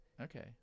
Okay